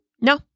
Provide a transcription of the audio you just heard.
No